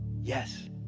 Yes